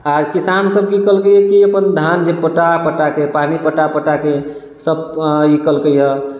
आओर किसान सब की कयलकैआ कि अपन धान जे पटा पटाके पानि पटा पटाके सब ई कैलकैया